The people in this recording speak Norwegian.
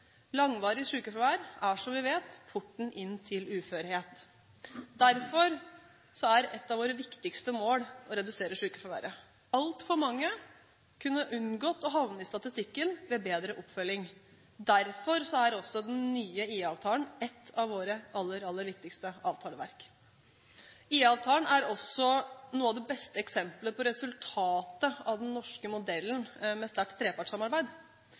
Langvarig sykefravær er – som vi vet – porten inn til uførhet. Derfor er et av våre viktigste mål å redusere sykefraværet. Altfor mange kunne unngått å havne i statistikken ved bedre oppfølging. Derfor er også den nye IA-avtalen en av våre aller, aller viktigste avtaleverk. IA-avtalen er også et av de beste eksemplene på resultatet av den norske modellen med sterkt trepartssamarbeid.